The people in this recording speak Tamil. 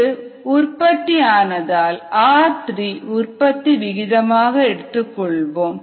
இது உற்பத்தி ஆனதால் r3 உற்பத்தி விகிதமாக எடுத்துக்கொள்வோம்